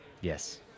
Yes